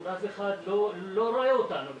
אף אחד לא רואה אותנו בכלל,